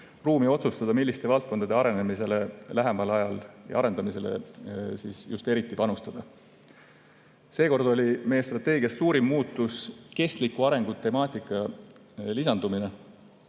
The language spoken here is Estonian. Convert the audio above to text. ruumi otsustada, milliste valdkondade arendamisse lähemal ajal just eriti panustada. Seekord oli meie strateegias suurim muutus kestliku arengu temaatika lisandumine.